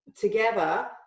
together